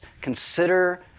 Consider